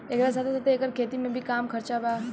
एकरा साथे साथे एकर खेती में भी कम खर्चा बा